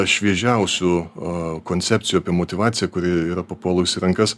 šviežiausių koncepcijų apie motyvaciją kuri yra papuolus į rankas